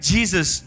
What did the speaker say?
Jesus